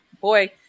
boy